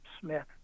Smith